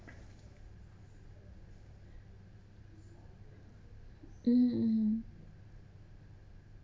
mm